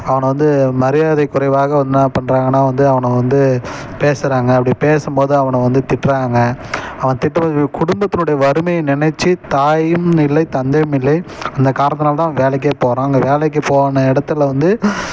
அவனை வந்து மரியாதை குறைவாக என்ன பண்ணுறாங்கனா வந்து அவனை வந்து பேசுகிறாங்க அப்படி பேசும் போது அவனை வந்து திட்டுறாங்க அவன் திட்டுறது குடும்பத்தினுடைய வறுமையை நினச்சி தாயுமில்லை தந்தையுமில்லை அந்த காரணத்துனால் தான் அவன் வேலைக்கு போகிறான் அங்கே வேலைக்கு போன இடத்துல வந்து